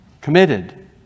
Committed